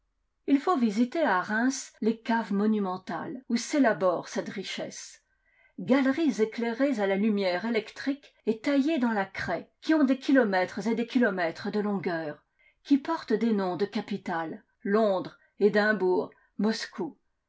il faut visiter à reims les caves monumentales où s'élabore cette richesse galeries éclairées à la lumière électrique et taillées dans la craie qui ont des kilomètres et des kilomètres de longueur qui portent des noms de capitales londres edimbourg moscou